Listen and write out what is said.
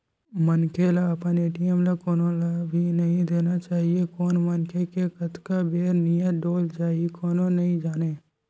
मनखे ल अपन ए.टी.एम ल कोनो ल भी नइ देना चाही कोन मनखे के कतका बेर नियत डोल जाही कोनो नइ जानय